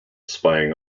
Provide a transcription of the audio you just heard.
spying